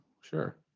sure